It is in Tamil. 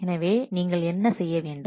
எனவே நீங்கள் என்ன செய்ய வேண்டும்